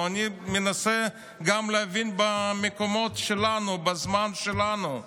אני מנסה גם להבין במקומות שלנו, בזמן שלנו.